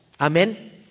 Amen